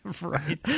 Right